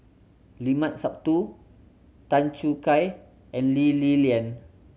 Limat Sabtu Tan Choo Kai and Lee Li Lian